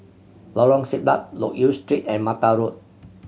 Lorong Siglap Loke Yew Street and Mata Road